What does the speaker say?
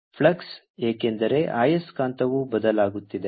flux ಏಕೆಂದರೆ ಆಯಸ್ಕಾಂತವು ಬದಲಾಗುತ್ತಿದೆ